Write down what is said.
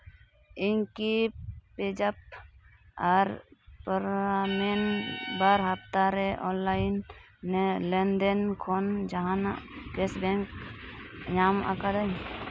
ᱤᱧ ᱠᱤ ᱯᱟᱧᱡᱟᱵᱽ ᱟᱨ ᱯᱟᱨᱚᱢᱮᱱ ᱵᱟᱨ ᱦᱟᱯᱛᱟ ᱨᱮ ᱚᱱᱞᱟᱭᱤᱱ ᱞᱮᱱᱫᱮᱱ ᱠᱷᱚᱱ ᱡᱟᱦᱟᱱᱟᱜ ᱠᱮᱥᱵᱮᱠ ᱧᱟᱢ ᱟᱠᱟᱫᱟᱹᱧ